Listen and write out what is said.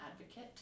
advocate